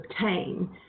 obtain